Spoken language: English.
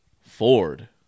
Ford